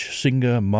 singer